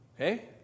Okay